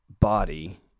body